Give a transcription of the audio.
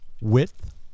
width